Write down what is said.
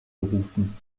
gerufen